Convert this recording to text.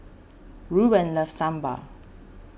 Rueben loves Sambar